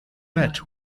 met